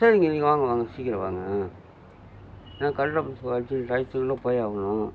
சரிங்க நீங்கள் வாங்க வாங்க சீக்கிரம் வாங்க நான் கலெக்ட்ரு ஆஃபீஸுக்கு ஒரு அர்ஜென்ட் டையத்துக்குள்ள போகணும்